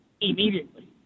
immediately